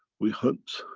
we hunt,